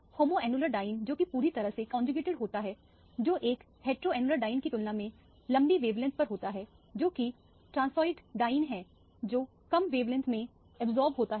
homoannular diene क्योंकि यह पूरी तरह से कौनजूगेटेड होता है जो एक हेटेरोन्युलर डाइईन की तुलना में लंबी वेवलेंथ पर होता है जो कि ट्रान्सिडिड डाइईन है जो कम वेवलेंथ में अब्जॉर्ब होता है